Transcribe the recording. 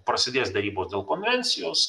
prasidės derybos dėl konvencijos